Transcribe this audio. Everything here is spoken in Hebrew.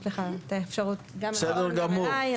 יש לך את האפשרות לפנות גם לרון וגם אלי.